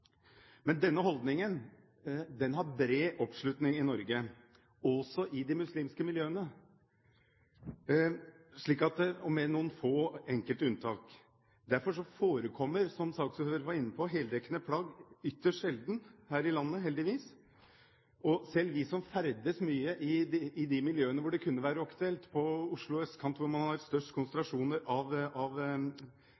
Men denne holdningen har bred oppslutning i Norge, også i de muslimske miljøene – med noen få enkelte unntak. Derfor forekommer, som saksordføreren var inne på, heldekkende plagg ytterst sjelden her i landet, heldigvis, og selv vi som ferdes mye i de miljøene hvor det kunne være aktuelt – på Oslo østkant, hvor man har størst